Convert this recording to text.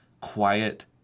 quiet